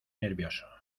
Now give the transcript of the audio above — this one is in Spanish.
nervioso